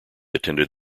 attended